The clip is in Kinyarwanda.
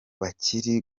bakiri